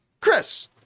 chris